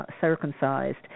circumcised